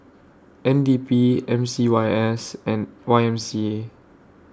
N D P M C Y S and Y M C A